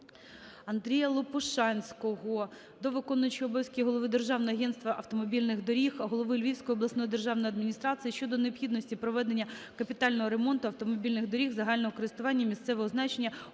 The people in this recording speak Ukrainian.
Андрія Лопушанського до виконуючого обов'язки голови Державного агентства автомобільних доріг, голови Львівської обласної державної адміністрації щодо необхідності проведення капітального ремонту автомобільних доріг загального користування місцевого значення у